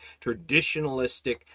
traditionalistic